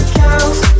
counts